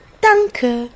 danke